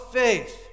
faith